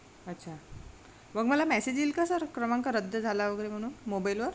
अच्छा मग मला मॅसेज येईल का सर क्रमांक रद्द झाला वगैरे म्हणून मोबाईलवर